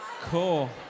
Cool